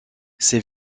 ses